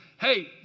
Hey